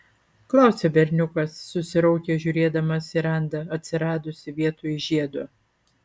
klausia berniukas susiraukęs žiūrėdamas į randą atsiradusį vietoj žiedo